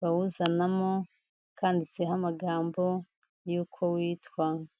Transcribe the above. bawuzanamo kanditseho amagambo y'uko witwa.